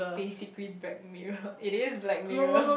basically Black-Mirror it is Black-Mirror